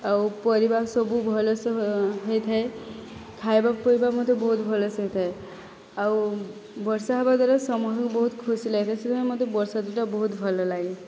ଆଉ ପରିବା ସବୁ ଭଳସେ ହୋଇଥାଏ ଖାଇବା ପିଇବା ମଧ୍ୟ ବହୁତ ଭଲସେ ହୋଇଥାଏ ଆଉ ବର୍ଷା ହେବା ଦ୍ଵାରା ସମସ୍ତଙ୍କୁ ବହୁତ ଖୁସି ଲାଗିଥାଏ ସେଥିପାଇଁ ମୋତେ ବର୍ଷା ଋତୁଟା ବହୁତ ଭଲ ଲାଗେ